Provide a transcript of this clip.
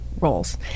roles